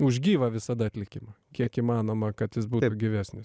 už gyvą visada atlikimą kiek įmanoma kad jis būtų gyvesnis